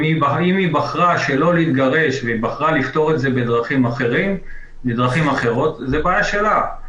אם היא בחרה לא להתגרש ובחרה לפתור את זה בדרכים אחרות זו בעיה שלה.